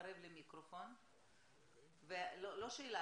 לא שאלה.